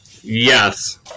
Yes